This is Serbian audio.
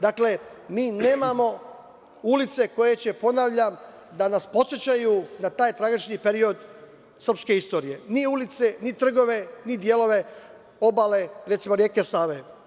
Dakle, mi nemamo ulice koje će, ponavljam, da nas podsećaju na taj tragični period srpske istorije, ni ulice, ni trgove, ni delove obale, recimo, reke Save.